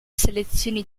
selezioni